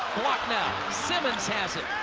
blocked now. simmons has it.